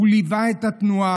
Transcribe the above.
חכם שלום כהן ליווה את התנועה,